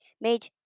made